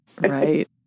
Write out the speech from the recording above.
Right